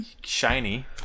shiny